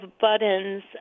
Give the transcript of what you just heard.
buttons